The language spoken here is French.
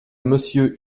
monsieur